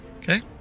Okay